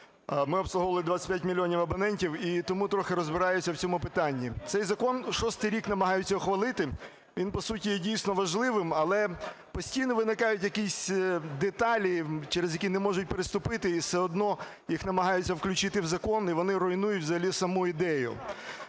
Ми обслуговували 25 мільйонів абонентів. І тому трохи розбираюся в цьому питанні. Цей закон шостий рік намагаються ухвалити. Він по суті є, дійсно, важливим. Але постійно виникають якісь деталі, через які не можуть переступити. І все одно їх намагаються включити в закон, і вони руйнують взагалі саму ідею.